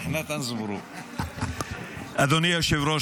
אדוני היושב-ראש,